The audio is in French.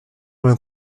vingt